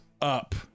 up